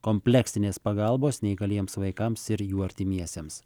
kompleksinės pagalbos neįgaliems vaikams ir jų artimiesiems